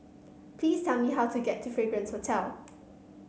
please tell me how to get to Fragrance Hotel